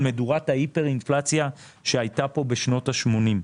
מדורות ההיפר אינפלציה שהייתה פה בשנות ה-80.